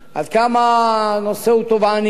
עד כמה הנושא הוא תובעני,